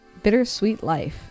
bittersweetlife